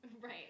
Right